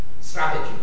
strategy